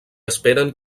esperen